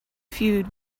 feud